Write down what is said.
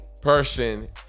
person